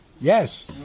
Yes